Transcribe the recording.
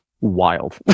wild